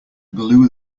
glue